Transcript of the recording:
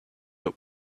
but